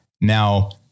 Now